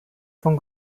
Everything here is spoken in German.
von